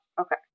okay